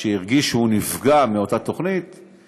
שהרגיש שהוא נפגע מאותה תוכנית הוא